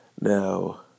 Now